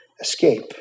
escape